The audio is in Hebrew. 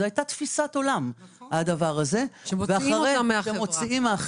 זו הייתה תפיסת העולם, שמוציאים מהחברה.